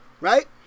Right